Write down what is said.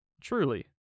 Truly